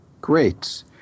great